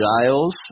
Giles